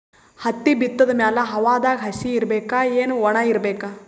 ಹತ್ತಿ ಬಿತ್ತದ ಮ್ಯಾಲ ಹವಾದಾಗ ಹಸಿ ಇರಬೇಕಾ, ಏನ್ ಒಣಇರಬೇಕ?